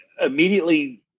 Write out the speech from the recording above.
immediately